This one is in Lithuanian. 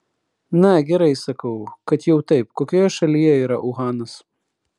na gerai sakau kad jau taip kokioje šalyje yra uhanas